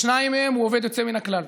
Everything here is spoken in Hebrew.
בשניים מהם הוא עובד יוצא מן הכלל: